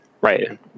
Right